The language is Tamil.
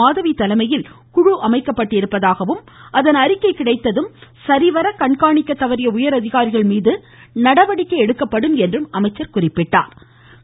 மாதவி தலைமையில் குழு அமைக்கப்பட்டிருப்பதாகவும் அதன் அறிக்கை கிடைத்ததும் சரிவர கண்காணிக்க தவறிய உயர் அதிகாரிகள் மீது நடவடிக்கை எடுக்கப்படும் என்றும் கூறினார்